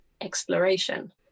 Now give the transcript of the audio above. exploration